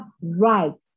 rights